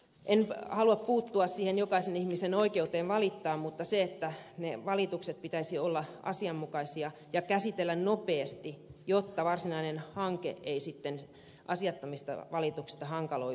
en halua puuttua siihen jokaisen ihmisen oikeuteen valittaa mutta niiden valitusten pitäisi olla asianmukaisia ja ne pitäisi käsitellä nopeasti jotta varsinainen hanke ei sitten asiattomien valitusten vuoksi hankaloituisi